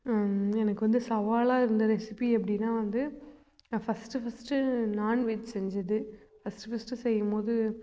எனக்கு வந்து சவாலாக இருந்த ரெசிபி அப்படின்னா வந்து நான் ஃபஸ்ட்டு ஃபஸ்ட்டு நாண்வெஜ் செஞ்சது ஃபஸ்ட்டு ஃபஸ்ட்டு செய்யும்போது